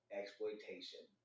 exploitation